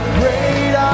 great